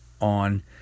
on